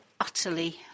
utterly